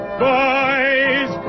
boys